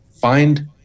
find